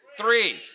Three